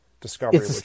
Discovery